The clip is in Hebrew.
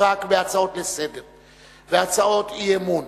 רק בהצעות לסדר-היום והצעות אי-אמון